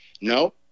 No